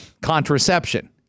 contraception